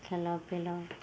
खएलहुँ पिलहुँ